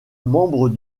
membre